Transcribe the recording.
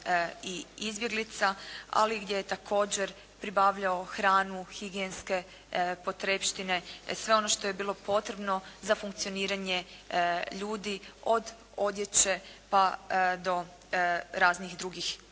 i izbjeglica. Ali gdje je također pribavljao hranu, higijenske potrepštine, sve ono što je bilo potrebno za funkcioniranje ljudi od odjeće, pa do raznih drugih